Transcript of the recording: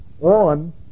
on